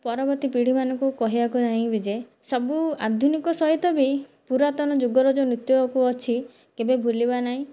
ପରବର୍ତ୍ତୀ ପିଢ଼ିମାନଙ୍କୁ କହିବାକୁ ଚାହିଁବି ଯେ ସବୁ ଆଧୁନିକ ସହିତ ବି ପୁରାତନ ଯୁଗର ଯେଉଁ ନୃତ୍ୟକୁ ଅଛି କେବେ ଭୁଲିବା ନାହିଁ